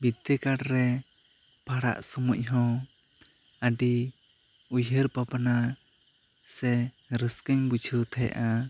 ᱵᱤᱫᱽᱫᱟᱹᱜᱟᱲ ᱨᱮ ᱯᱟᱲᱦᱟᱜ ᱥᱚᱢᱚᱭ ᱦᱚᱸ ᱟᱹᱰᱤ ᱩᱭᱦᱟᱹᱨ ᱵᱷᱟᱵᱽᱱᱟ ᱥᱮ ᱨᱟᱹᱥᱠᱟᱹᱧ ᱵᱩᱡᱷᱟᱹᱣ ᱛᱟᱦᱮᱸᱜᱼᱟ